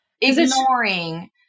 Ignoring